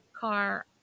car